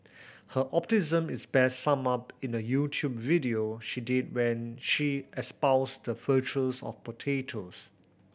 her optimism is best summed up in a YouTube video she did when she espoused the virtues of potatoes